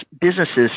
businesses